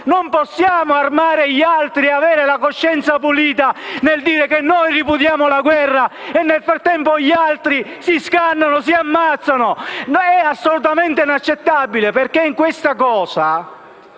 non possiamo armare gli altri e avere la coscienza pulita nel dire che noi ripudiamo la guerra, mentre nel frattempo gli altri si scannano, si ammazzano. È assolutamente inaccettabile perché in questo